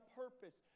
purpose